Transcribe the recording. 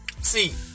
See